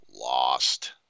lost